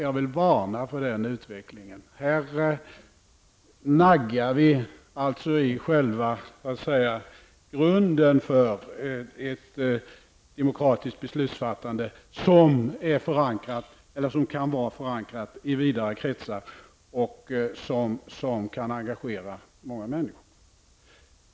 Jag vill varna för den utvecklingen. Här naggar vi i själva grunden för ett demokratiskt beslutsfattande, som kan vara förankrat i vidare kretsar och som kan engagera många människor.